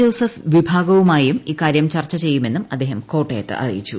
Joseph വിഭാഗവുമായുര്യു ഇക്കാര്യം ചർച്ച ചെയ്യുമെന്നും അദ്ദേഹം കോട്ടയത്ത് അറിയിച്ചു